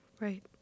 Right